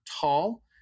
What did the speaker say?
tall